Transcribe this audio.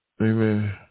Amen